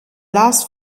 last